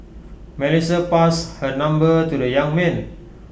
Melissa passed her number to the young man